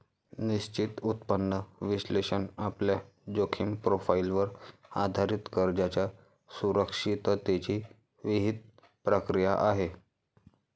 निश्चित उत्पन्न विश्लेषण आपल्या जोखीम प्रोफाइलवर आधारित कर्जाच्या सुरक्षिततेची विहित प्रक्रिया आहे